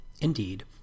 Indeed